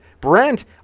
brent